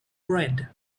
bread